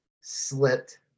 slipped